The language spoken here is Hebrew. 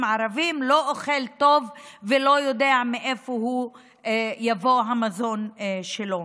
ערבים לא אוכל טוב ולא יודע מאיפה יבוא המזון שלו.